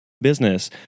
business